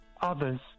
Others